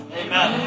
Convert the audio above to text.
amen